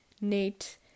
Nate